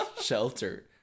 Shelter